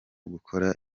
gukora